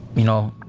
you know,